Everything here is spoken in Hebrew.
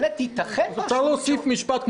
אפשר להוסיף משפט,